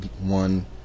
one